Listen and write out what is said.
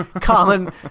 Colin